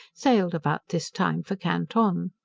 sailed about this time for canton.